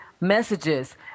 messages